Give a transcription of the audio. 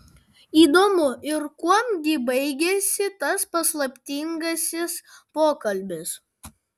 įdomu ir kuom gi baigėsi tas paslaptingasis pokalbis